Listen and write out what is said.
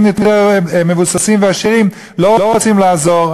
יותר מבוססים ועשירים לא רוצים לעזור.